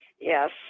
Yes